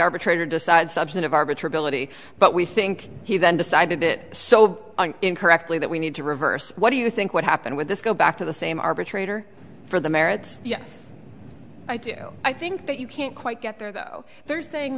arbitrator decide substantive arbiter billet but we think he then decided it so incorrectly that we need to reverse what do you think what happened with this go back to the same arbitrator for the merits yes i do i think that you can't quite get there though they're saying